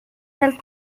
health